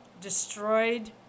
destroyed